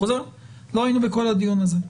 לא היינו בכל הדיון הזה,